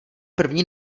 první